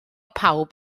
pawb